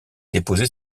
déposer